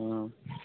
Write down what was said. ꯑꯥ